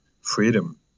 freedom